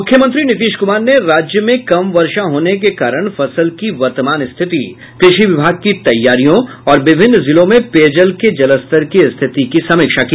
मुख्यमंत्री नीतीश कुमार ने राज्य में कम वर्षा होने के कारण फसल की वर्तमान स्थिति कृषि विभाग की तैयारियों और विभिन्न जिलों में पेयजल के जलस्तर की स्थिति की समीक्षा की